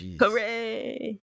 hooray